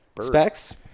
Specs